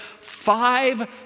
five